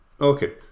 okay